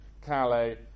Calais